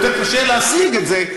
יותר קשה להשיג את זה,